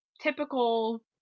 typical